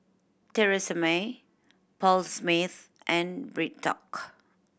Tresemme Paul Smith and BreadTalk